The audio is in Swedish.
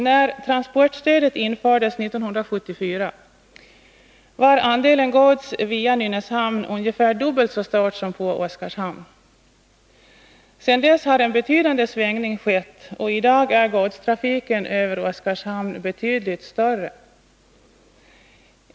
När transportstödet infördes 1974 var andelen gods via Nynäshamn ungefär dubbelt så stor som andelen gods på Oskarshamn. Sedan dess har en betydande svängning skett, och i dag är godstrafiken över Oskarshamn betydligt större.